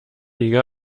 jäger